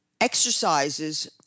exercises